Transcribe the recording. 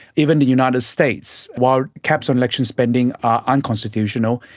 even the united states, while caps on election spending are unconstitutional,